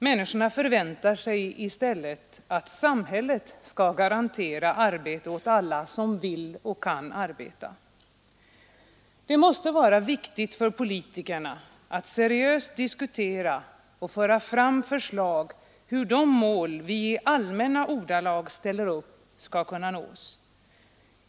Människorna förväntar sig i stället att samhället skall garantera arbete åt alla som vill och kan arbeta. Det måste vara viktigt för politikerna att seriöst diskutera och föra fram förslag om hur de mål vi i allmänna ordalag ställer upp skall kunna nås.